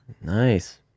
Nice